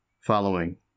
following